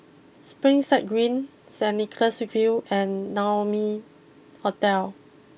Springside Green Saint Nicholas view and Naumi Hotel